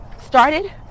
started